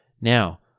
Now